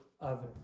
others